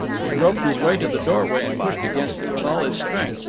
he groped his way to the doorway and pushed against it with all his strength.